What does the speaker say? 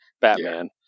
Batman